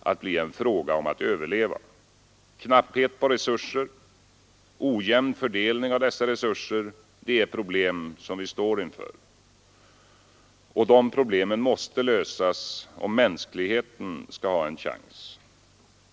att bli en fråga om att överleva. Knapphet på resurser och ojämn fördelning av dessa resurser är de problem vi står inför. Dessa problem måste lösas om mänskligheten skall ha en chans.